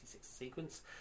sequence